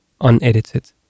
unedited